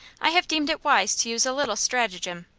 i have deemed it wise to use a little stratagem.